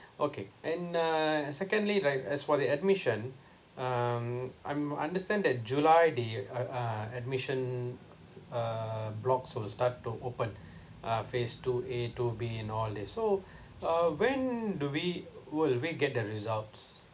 okay and uh secondly right as for the admission um I'm understand that july the uh uh admission uh blocks will start to open uh phase two A two B and all these so uh when do we will we get the results